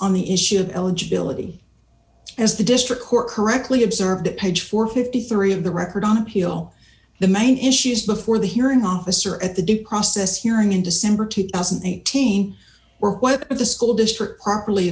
on the issue of eligibility as the district court correctly observed at page four hundred and fifty three of the record on appeal the main issues before the hearing officer at the due process hearing in december two thousand and eighteen were what the school district properly